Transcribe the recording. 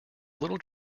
little